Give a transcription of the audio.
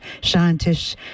scientists